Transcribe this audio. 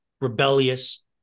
rebellious